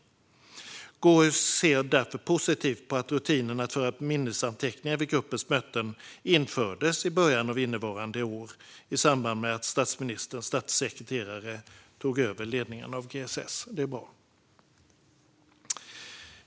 KU ser därför positivt på att rutinen att föra minnesanteckningar vid gruppens möten infördes i början av innevarande år i samband med att statsministerns statssekreterare tog över ledningen av GSS. Det var bra.